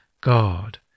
God